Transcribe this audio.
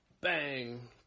bang